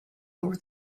over